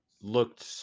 looked